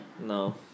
No